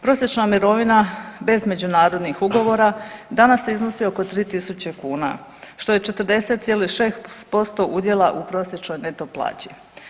Prosječna mirovina bez međunarodnih ugovora danas iznosi oko 3.000 kuna, što je 40,6% udjela u prosječnoj neto plaći.